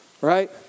Right